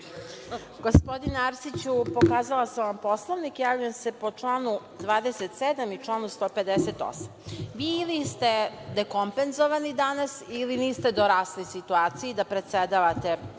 Gospodine Arsiću, pokazala sam vam Poslovnik i javljam se po članu 27. i članu 158. Vi ili ste dekompenzovani danas ili niste dorasli situaciji da predsedavate sednicom